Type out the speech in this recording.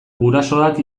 gurasoak